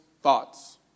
thoughts